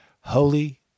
holy